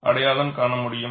அடையாளம் காண முடியும்